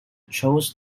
chose